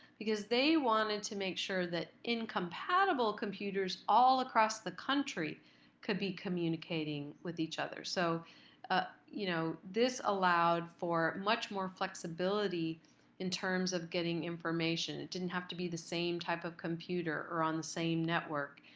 because they wanted to make sure that incompatible computers all across the country could be communicating with each other. so ah you know this this allowed for much more flexibility in terms of getting information. it didn't have to be the same type of computer or on the same network.